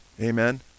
Amen